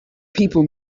people